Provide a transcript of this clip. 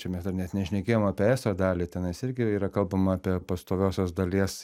čia mes dar net nešnekėjom apie eso dalį tenais irgi yra kalbama apie pastoviosios dalies